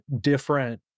different